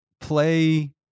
play